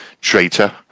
traitor